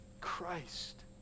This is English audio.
Christ